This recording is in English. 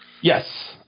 Yes